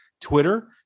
Twitter